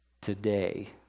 today